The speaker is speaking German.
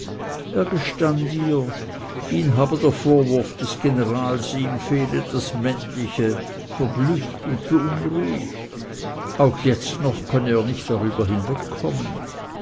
ihr ihn habe der vorwurf des generals ihm fehle das männliche verblüfft und beunruhigt auch jetzt könne er noch nicht darüber hinwegkommen